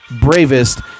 bravest